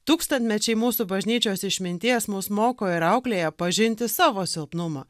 tūkstantmečiai mūsų bažnyčios išminties mus moko ir auklėja pažinti savo silpnumą